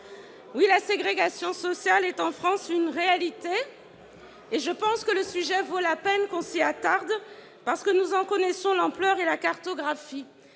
Oui, la ségrégation sociale est en France une réalité ! Et je pense que le sujet vaut la peine que l'on s'y attarde parce que nous en connaissons l'ampleur et la cartographie.